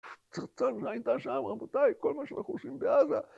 ‫צריך לצלם את השעה, רבותיי, ‫כל מה שאנחנו עושים בעזה.